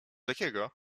jakiego